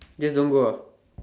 just don't go ah